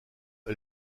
est